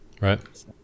Right